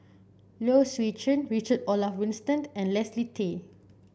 Low Swee Chen Richard Olaf Winstedt and Leslie Tay